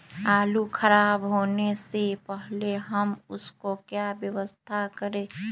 आलू खराब होने से पहले हम उसको क्या व्यवस्था करें?